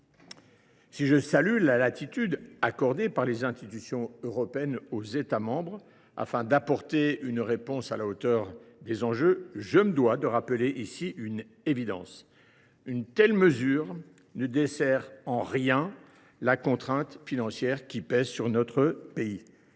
Si je salue la latitude accordée par les institutions européennes aux États membres, afin d’apporter une réponse à la hauteur des enjeux, je me dois de rappeler ici une évidence : une telle disposition ne desserre en rien la contrainte financière qui pèse sur notre pays.